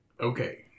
okay